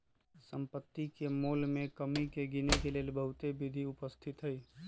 सम्पति के मोल में कमी के गिनेके लेल बहुते विधि उपस्थित हई